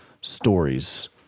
stories